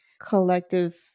collective